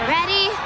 Ready